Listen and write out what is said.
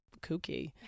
kooky